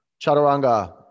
chaturanga